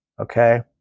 Okay